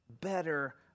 better